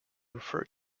referred